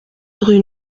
rue